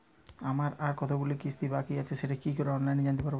আমার আর কতগুলি কিস্তি বাকী আছে সেটা কি অনলাইনে জানতে পারব?